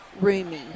roomy